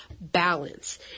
balance